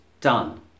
done